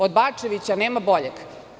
Od Bačevića nema boljeg?